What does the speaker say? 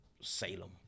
Salem